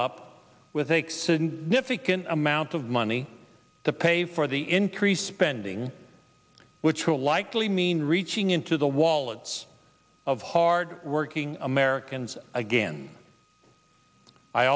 can amount of money to pay for the increased spending which will likely mean reaching into the wallets of hard working americans again i